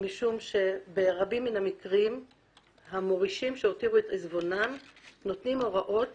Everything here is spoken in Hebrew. משום שברבים מן המקרים המורישים שהשאירו את עיזבונם נותנים הוראות